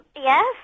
Yes